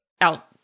out